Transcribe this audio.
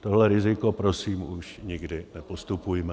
Tohle riziko prosím už nikdy nepodstupujme.